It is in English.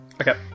Okay